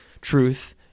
truth